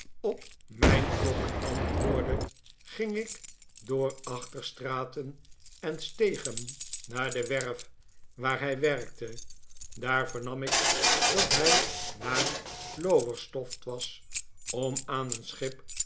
op mijn kloppen antwoordde ging ik door achterstraten en stegen naar de werf waar hij werkte daar vernam ik dat hij naar lowestoft was om aan een schip